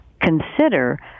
consider